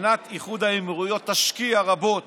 מדינת איחוד האמירויות תשקיע רבות